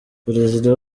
perezida